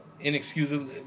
inexcusable